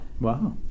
Wow